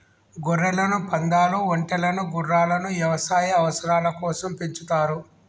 గొర్రెలను, పందాలు, ఒంటెలను గుర్రాలను యవసాయ అవసరాల కోసం పెంచుతారు